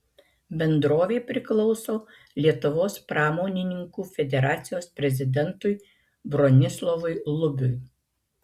bendrovė priklauso lietuvos pramonininkų federacijos prezidentui bronislovui lubiui